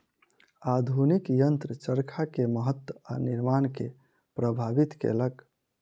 आधुनिक यंत्र चरखा के महत्त्व आ निर्माण के प्रभावित केलक